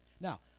now